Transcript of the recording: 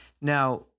Now